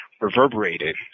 reverberated